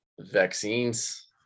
vaccines